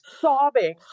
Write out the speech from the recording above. sobbing